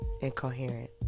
incoherent